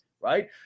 right